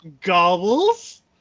gobbles